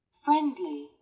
friendly